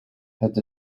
het